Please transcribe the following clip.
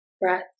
breath